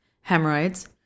hemorrhoids